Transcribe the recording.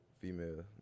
female